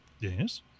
Yes